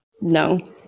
No